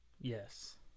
yes